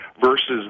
versus